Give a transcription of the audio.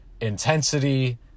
intensity